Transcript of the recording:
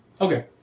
Okay